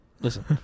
listen